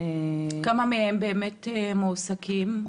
כמה מהם באמת מועסקים?